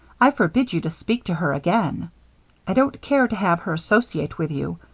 i forbid you to speak to her again i don't care to have her associate with you.